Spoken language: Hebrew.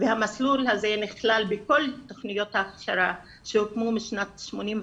והמסלול הזה נכלל בכל תוכניות ההכשרה שהוקמו משנת 89'